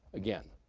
again,